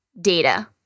data